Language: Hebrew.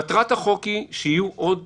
מטרות החוק היא, שיהיו עוד